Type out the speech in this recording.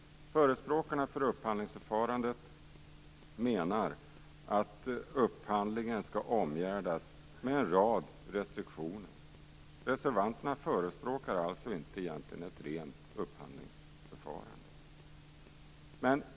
Förespråkarna för upphandlingsförfarandet menar att upphandlingen skall omgärdas med en rad restriktioner. Reservanterna förespråkar alltså egentligen inte ett rent upphandlingsförfarande.